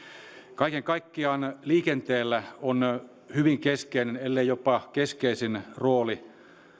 kaiken kaikkiaan liikenteellä on on hyvin keskeinen ellei jopa keskeisin rooli